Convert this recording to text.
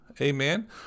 amen